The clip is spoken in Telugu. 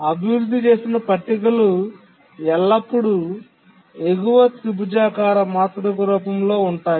అభివృద్ధి చేసిన పట్టికలు ఎల్లప్పుడూ ఎగువ త్రిభుజాకార మాతృక రూపంలో ఉంటాయి